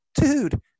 dude